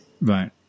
Right